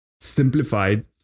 simplified